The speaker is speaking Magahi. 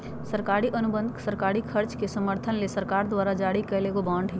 सरकारी अनुबंध सरकारी खर्च के समर्थन ले सरकार द्वारा जारी करल एगो बांड हय